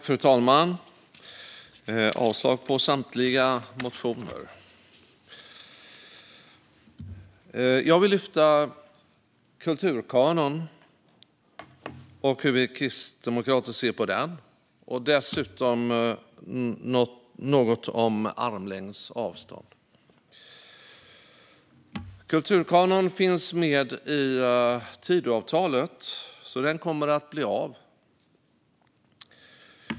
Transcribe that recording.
Fru talman! Jag yrkar avslag på samtliga motioner. Jag vill lyfta fram kulturkanon och hur vi kristdemokrater ser på den. Dessutom ska jag säga något om armlängds avstånd. Kulturkanon finns med i Tidöavtalet, så den kommer att bli av.